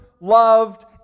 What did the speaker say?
loved